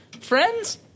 Friends